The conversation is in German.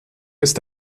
ist